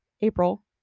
April